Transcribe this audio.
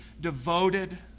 devoted